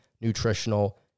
nutritional